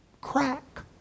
crack